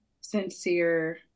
sincere